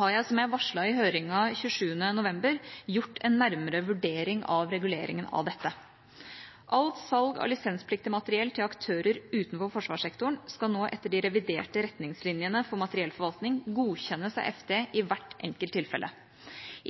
har jeg, som jeg varslet i høringen 27. november, gjort en nærmere vurdering av reguleringen av dette. Alt salg av lisenspliktig materiell til aktører utenfor forsvarssektoren skal nå etter de reviderte retningslinjene for materiellforvaltning godkjennes av FD i hvert enkelt tilfelle.